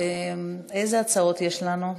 איזה הצעות יש לנו?